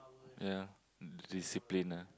ya discipline ah